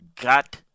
Got